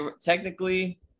technically